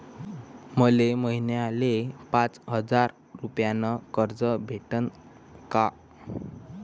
मले महिन्याले पाच हजार रुपयानं कर्ज भेटन का?